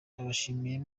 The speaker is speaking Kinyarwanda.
ndabashimira